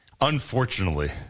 unfortunately